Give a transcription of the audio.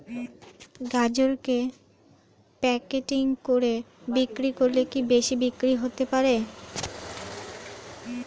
গাজরকে প্যাকেটিং করে বিক্রি করলে কি বেশি বিক্রি হতে পারে?